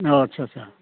अ आच्चा आच्चा